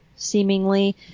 Seemingly